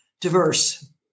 Diverse